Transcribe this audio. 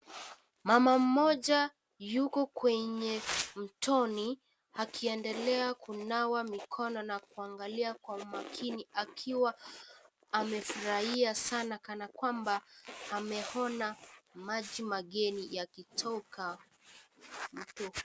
Mama mmoja yuko kwenye mtoni akiendelea kunawa mikono na kuangalia kwa umakini akiwa amefurahia sana kana kwamba ameona maji mengine yakitoka mtoni.